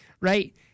Right